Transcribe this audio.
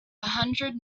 hundred